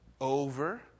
over